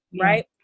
right